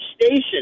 station